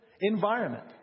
environment